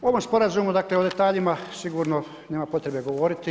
O ovom sporazumu, dakle o detaljima sigurno nema potrebe govoriti.